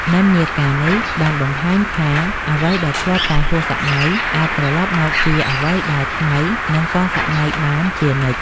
និន្នាការនេះបានបង្ហាញថាអ្វីដែលធ្លាប់តែហួសសម័យអាចត្រឡប់មកជាអ្វីដែលថ្មីនិងទាន់សម័យបានជានិច្ច។